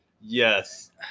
yes